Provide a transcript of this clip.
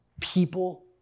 people